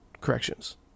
corrections